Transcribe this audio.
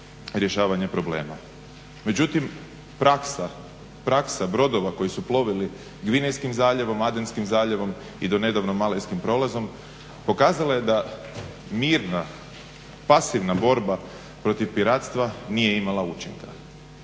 rješavanje problema. Međutim, praksa brodova koji su plovili Gvinejskim zaljevom, Adenskim zaljevom i do nedavno Malajskim prolazom pokazala je da mirna, pasivna borba protiv piratstva nije imala učinka.